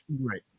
right